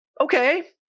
Okay